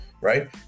right